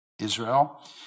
Israel